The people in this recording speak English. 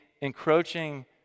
encroaching